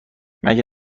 مگه